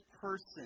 person